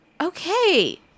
Okay